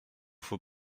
faut